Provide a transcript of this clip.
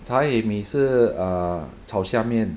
cha hei mee 是 uh 炒虾面